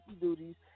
duties